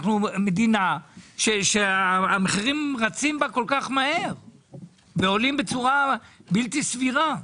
אנחנו במדינה שהמחירים רצים בה כל כך מהר ועולים בצורה בלתי סבירה.